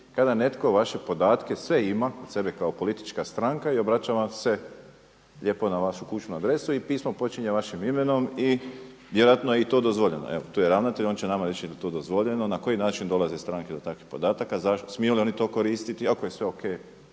kada netko vaše podatke sve ima kod sebe kao politička stranka i obraća vam se lijepo na vašu kućnu adresu i pismo počinje vašim imenom i vjerojatno je i to dozvoljeno. Evo tu je ravnatelj on će nama reći jeli to dozvoljeno, na koji način dolaze stranke do takvih podataka, smiju li oni to koristiti i ako sve